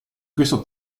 questo